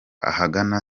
ahagana